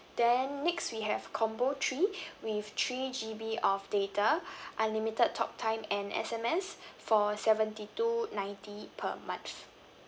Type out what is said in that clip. then next we have combo three with three G_B of data unlimited talk time and S_M_S for seventy two ninety per month